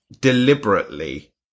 deliberately